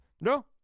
No